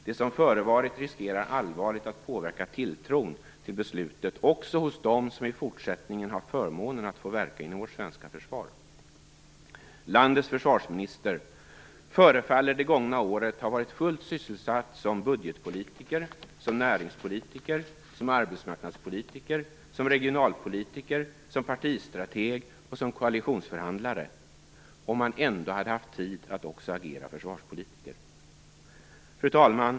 Det som förevarit riskerar allvarligt att påverka tilltron till beslutet också hos dem som i fortsättningen har förmånen att få verka inom vårt svenska försvar. Landets försvarsminister förefaller det gångna året ha varit fullt sysselsatt som budgetpolitiker, som näringspolitiker, som arbetsmarknadspolitiker, som regionalpolitiker, som partistrateg och som koalitionsförhandlare. Om han ändå haft tid att också agera försvarspolitiker! Fru talman!